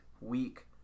week